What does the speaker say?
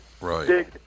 right